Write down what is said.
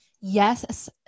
yes